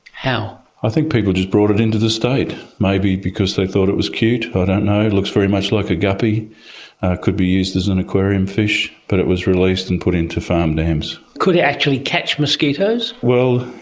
how? i think people just brought it into the state, maybe because they thought it was cute, i don't know, it looks very much like a guppy. it could be used as an aquarium fish, but it was released and put into farm dams. could it actually catch mosquitoes? well,